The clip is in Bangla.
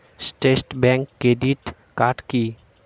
ট্রাস্ট ব্যাংক ক্রেডিট কার্ড কি?